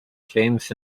james